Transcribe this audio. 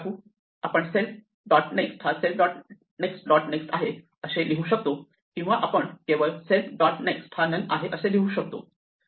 आपण self dot next हा self dot next dot next आहे असे लिहू शकतो किंवा आपण केवळ सेल्फ डॉट नेक्स्ट हा नन आहे असे लिहू शकतो